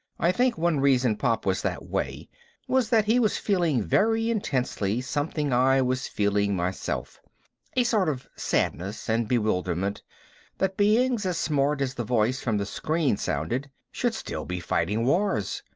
i think one reason pop was that way was that he was feeling very intensely something i was feeling myself a sort of sadness and bewilderment that beings as smart as the voice from the screen sounded should still be fighting wars.